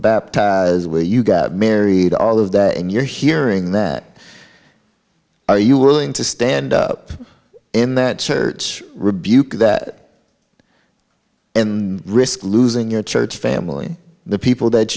baptized as well you got married all of that and you're hearing that are you willing to stand up in that church rebuke that and risk losing your church family the people that